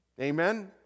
Amen